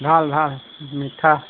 ভাল ভাল মিঠা